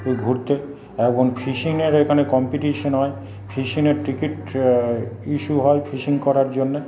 ঘুরতে এবং ফিশিংয়ের এখানে কম্পিটিশান হয় ফিশিংয়ের টিকিট ইস্যু হয় ফিশিং করার জন্যে